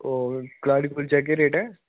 होर कलाड़ी कुलचे दा केह् रेट ऐ